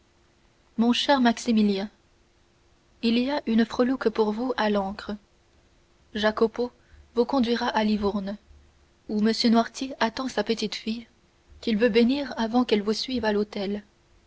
mon cher maximilien il y a une felouque pour vous à l'ancre jacopo vous conduira à livourne où m noirtier attend sa petite-fille qu'il veut bénir avant qu'elle vous suive à l'autel